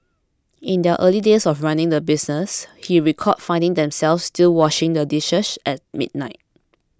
in their early days of running the business he recalled finding themselves still washing the dishes at midnight